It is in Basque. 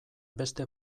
beste